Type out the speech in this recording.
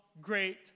great